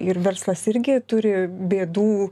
ir verslas irgi turi bėdų